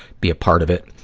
be a part of it.